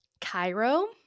cairo